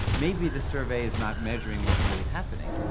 maybe the survey is not measuring what's really happening,